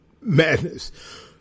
madness